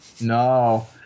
No